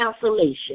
cancellation